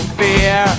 fear